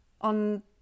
on